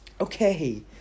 Okay